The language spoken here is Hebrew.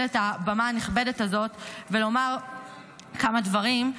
את הבמה הנכבדת הזאת ולומר כמה דברים,